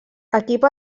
equip